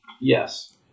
Yes